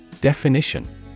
Definition